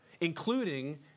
including